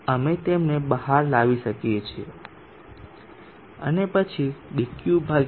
તેથી અમે તેમને બહાર લાવી શકીએ અને પછી ddt